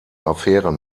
affäre